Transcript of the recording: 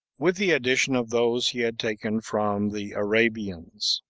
with the addition of those he had taken from the arabians.